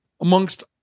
amongst